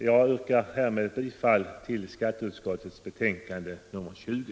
Jag yrkar härmed bifall till skatteutskottets hemställan i dess betänkande nr 20.